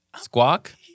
Squawk